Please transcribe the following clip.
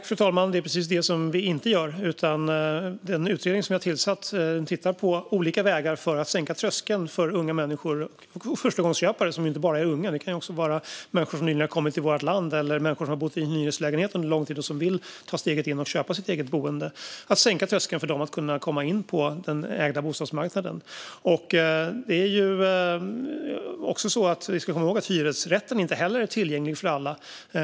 Fru talman! Det är precis det vi inte gör. Den utredning som vi har tillsatt tittar på olika vägar för att sänka trösklarna för unga människor och för förstagångsköpare att kunna komma in på den ägda bostadsmarknaden. Det behöver inte bara vara unga. Det kan också vara människor som nyligen har kommit till vårt land eller människor som under lång tid har bott i en hyreslägenhet och vill ta steget in och köpa ett eget boende. Vi ska också komma ihåg att hyresrätten inte heller är tillgänglig för alla.